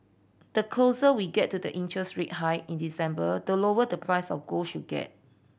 the closer we get to the interest rate hike in December the lower the price of gold should get